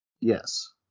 Yes